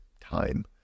time